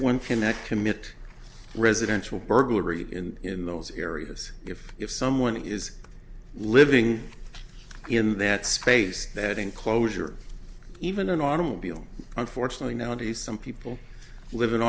commit residential burglary in those areas if if someone is living in that space that enclosure even an automobile unfortunately nowadays some people liv